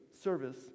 service